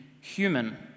human